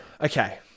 okay